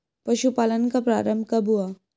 पशुपालन का प्रारंभ कब हुआ?